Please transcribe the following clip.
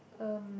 um